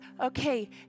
Okay